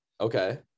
okay